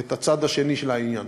את הצד השני של העניין.